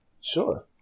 Sure